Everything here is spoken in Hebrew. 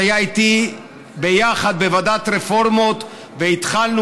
שהיה איתי ביחד בוועדת הרפורמות והתחלנו